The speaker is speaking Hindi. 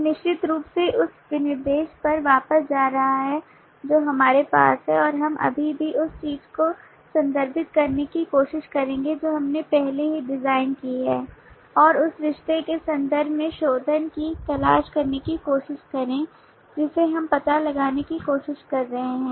एक निश्चित रूप से उस विनिर्देश पर वापस जा रहा है जो हमारे पास है और हम अब भी उस चीज़ को संदर्भित करने की कोशिश करेंगे जो हमने पहले ही डिज़ाइन की है और उस रिश्ते के संदर्भ में शोधन की तलाश करने की कोशिश करें जिसे हम पता लगाने की कोशिश कर रहे हैं